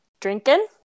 Drinking